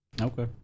Okay